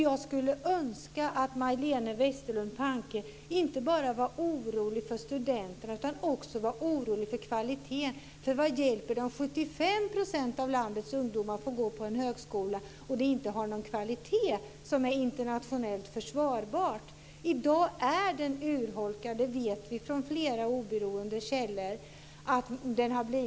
Jag skulle önska att Majléne Westerlund Panke inte bara var orolig för studenterna utan också för kvaliteten. Vad hjälper det om 75 % av landets ungdomar får gå på en högskola som inte har en internationellt försvarbar kvalitet? I dag är den urholkad. Det vet vi från flera oberoende källor.